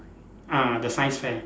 ah the science fair